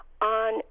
on